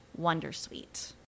wondersuite